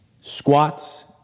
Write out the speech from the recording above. Squats